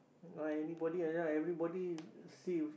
or anybody and then everybody save